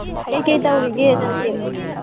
ꯀꯩꯀꯩ ꯇꯧꯔꯤꯒꯦ ꯅꯪꯗꯤ